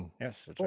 yes